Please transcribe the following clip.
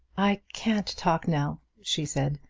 i can't talk now, she said,